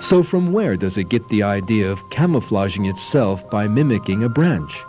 so from where does it get the idea of camouflaging itself by mimicking a branch